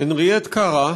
הנרייט קרא,